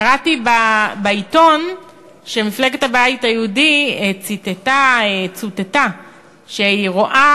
קראתי בעיתון שמפלגת הבית היהודי צוטטה שהיא רואה